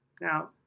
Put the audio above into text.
Now